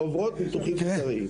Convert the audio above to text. קיסרי.